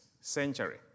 century